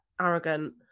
arrogant